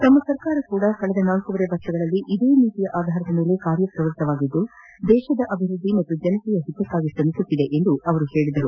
ತಮ್ಮ ಸರ್ಕಾರ ಕೂಡ ಕಳೆದ ನಾಲ್ಕೂವರೆ ವರ್ಷಗಳಲ್ಲಿ ಇದೇ ನೀತಿಯ ಆಧಾರದ ಮೇಲೆ ಕಾರ್ಯಪ್ರವ್ತತವಾಗಿದ್ದು ದೇಶದ ಅಭಿವೃದ್ಧಿ ಮತ್ತು ಜನರ ಓತಕ್ಕಾಗಿ ಶ್ರಮಿಸುತ್ತಿದೆ ಎಂದರು